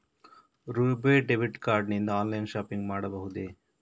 RuPay debit card ನಿಂದ online shopping ಮಾಡಬಹುದೇ?